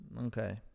Okay